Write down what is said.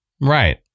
Right